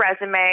resume